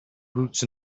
roots